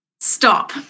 stop